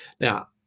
now